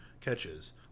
catches